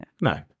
No